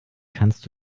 kannst